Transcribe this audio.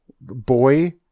boy